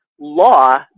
law